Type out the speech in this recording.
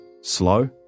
Slow